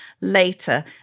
later